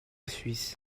suisse